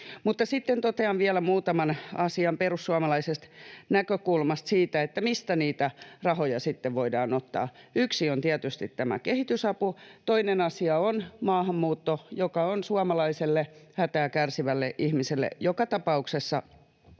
Sitten totean vielä muutaman asian perussuomalaisesta näkökulmasta siitä, mistä niitä rahoja sitten voidaan ottaa. Yksi on tietysti tämä kehitysapu, toinen asia on maahanmuutto, joka on suomalaiselle hätää kärsivälle ihmiselle joka tapauksessa